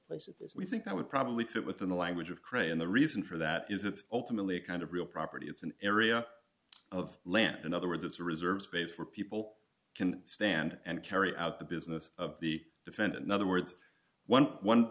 places we think that would probably fit within the language of cray and the reason for that is it's ultimately a kind of real property it's an area of land in other words it's a reserve space where people can stand and carry out the business of the defendant another words one